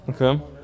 Okay